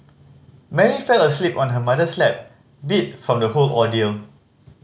Mary fell asleep on her mother's lap beat from the whole ordeal